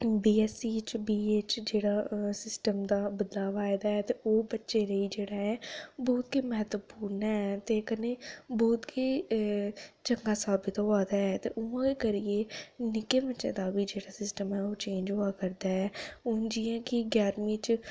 BSc च B A च जेह्ड़ा सिस्टम दा बदलाव आए दा ऐ ते ओह् बच्चे लेई जेह्ड़ा ऐ बहुत गै म्हत्तवपूर्ण ऐ ते कन्नै बहुत गै चंगा साबित होआ दा ऐ ते उ'आं गै करियै निक्के बच्चें दा बी जेह्ड़ा सिस्टम ऐ ओह् चेंज होआ करदा ऐ हून जि'यां कि ञारमीं च